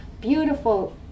beautiful